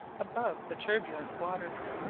above the turbulent waters,